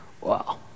Wow